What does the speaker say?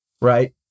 right